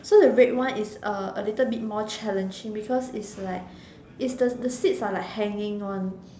so the red one is a A little bit more challenging because it's like it's the the seats are like hanging on